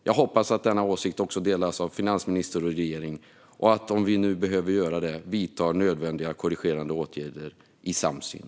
Jag hoppas att denna åsikt också delas av finansminister och regering och att vi, om det behöver göras, vidtar nödvändiga korrigerande åtgärder i samsyn.